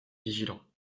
vigilants